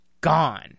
Gone